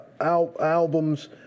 albums